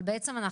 אבל בעצם,